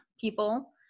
people